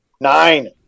Nine